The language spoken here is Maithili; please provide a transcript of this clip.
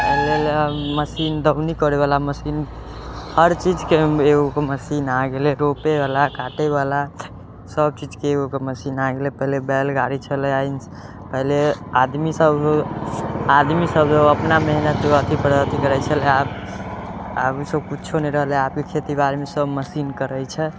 एलै मशीन दौनी करैवला मशीन हर चीजके एगोके मशीन आ गेलै रोपैवला काटैवला सब चीजके एगोके मशीन आ गेलै पहिले बैलगाड़ी छलै पहिले आदमी सब आदमी सब अपना मेहनत अथीपर अथी करै छलै आब आब आदमी सब कुछो नहि रहलै आदमी खेतीके बारेमे सब मशीनके रहै छै